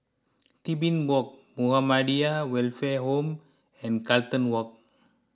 Tebing Walk Muhammadiyah Welfare Home and Carlton Walk